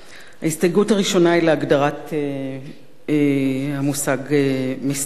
ההסתייגות הראשונה היא להגדרת המושג "מסתנן"